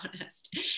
honest